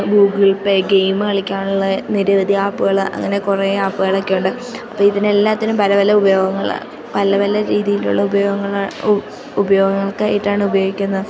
Google Pay game കളിക്കാനുള്ള നിരവധി ആപ്പുകൾ അങ്ങനെ കുറേ ആപ്പുകളൊക്കെയുണ്ട് അപ്പം ഇതിനെല്ലാറ്റിനും പല പല ഉപയോഗങ്ങൾ പല പല രീതിയിലുള്ള ഉപയോഗങ്ങൾ ഉപയോഗങ്ങൾക്കായിട്ടാണ് ഉപയോഗിക്കുന്നത്